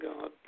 God